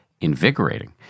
invigorating